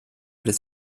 des